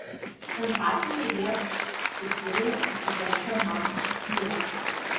sensacijų mėgėjas subtiliai atsikeršijo man už pylą